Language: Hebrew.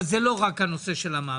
אבל זה לא רק הנושא של המע"מ,